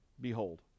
Behold